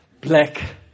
black